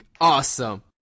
awesome